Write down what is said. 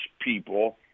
people